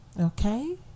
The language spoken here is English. okay